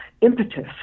impetus